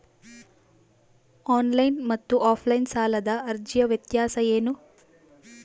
Online ಮತ್ತು offline ಸಾಲದ ಅರ್ಜಿಯ ವ್ಯತ್ಯಾಸ ಏನು?